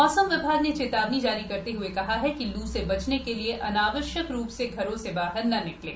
मौसम विभाग ने चेतावनी जारी करते हए कहा है कि लू से बचने के लिए अनावश्यक रूप से घर से बाहर न निकलें